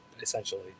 essentially